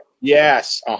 Yes